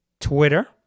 Twitter